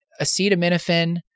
acetaminophen